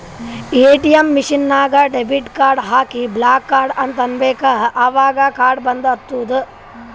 ATM machine ನಾಗ್ debit card ಹಾಕಿ block card ಅಂತ್ ಅನ್ಬೇಕ ಅವಗ್ ಕಾರ್ಡ ಬಂದ್ ಆತ್ತುದ್